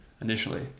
initially